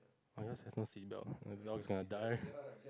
my dogs have no seat belt my dogs are gonna die